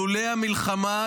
לולא המלחמה,